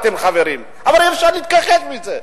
אבל אי-אפשר להתכחש לזה.